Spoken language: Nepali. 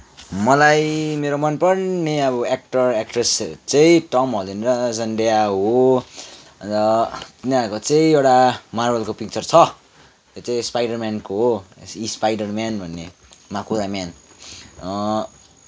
मलाई मेरो मनपर्ने अब एक्टर एक्ट्रेस चाहिँ टम हल्यान्ड र जेन्डेया हो र उनीहरूको चाहिँ एउटा मार्भेलको पिक्चर छ त्यो चाहिँ स्पाइडरम्यानको हो स्पाइडरम्यान भन्ने माकुराम्यान